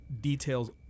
details